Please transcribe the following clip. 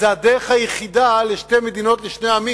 שזאת הדרך היחידה לשתי מדינות לשני עמים,